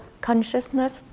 consciousness